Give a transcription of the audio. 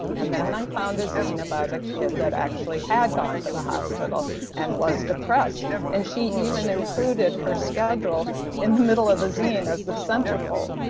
and then i found a zine about a kid that actually had gone to the hospital and was depressed and she even included her schedule in the middle of the zine as the centerfold.